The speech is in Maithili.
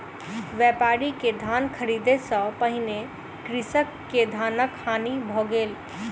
व्यापारी के धान ख़रीदै सॅ पहिने कृषक के धानक हानि भ गेल